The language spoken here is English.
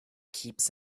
keeps